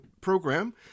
program